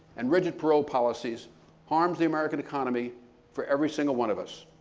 and rigid parole policies harms the american economy for every single one of us.